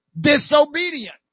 disobedient